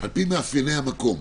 "על פי מאפייני המקום".